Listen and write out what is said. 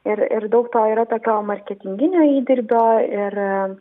ir ir daug to yra tokio marketinginio įdirbio ir